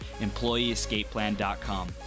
EmployeeEscapePlan.com